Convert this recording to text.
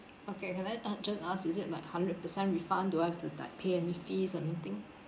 okay can I uh just ask is it like hundred percent refund do I have to like pay any fees or anything